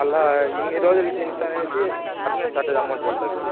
మళ్ళీ ఇన్ని రోజులకు ఇంత అనేసి అటెండెన్స్ షార్టేజ్ అమౌంట్ పడుతుంది